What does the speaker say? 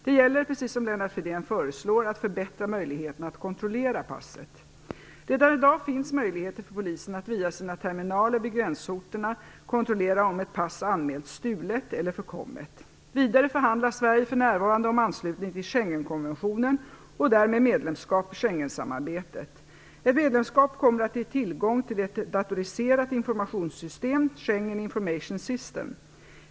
Det gäller, precis som Lennart Fridén föreslår, att förbättra möjligheterna att kontrollera passet. Redan i dag finns möjlighet för polisen att via sina terminaler vid gränsorterna kontrollera om ett pass anmälts stulet eller förkommet. Vidare förhandlar Sverige för närvarande om anslutning till Schengenkonventionen och därmed medlemskap i Schengensamarbetet. Ett medlemskap kommer att ge tillgång till ett datoriserat informationssystem - Schengen Information System.